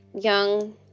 young